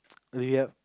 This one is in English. pay up